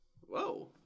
Whoa